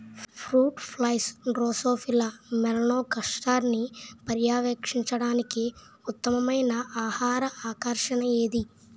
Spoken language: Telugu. ఫ్రూట్ ఫ్లైస్ డ్రోసోఫిలా మెలనోగాస్టర్ని పర్యవేక్షించడానికి ఉత్తమమైన ఆహార ఆకర్షణ ఏది?